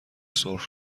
سرخ